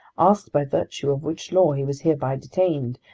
asked by virtue of which law he was hereby detained,